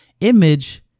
image